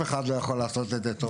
אחד לא יכול לעשות את זה טוב יותר.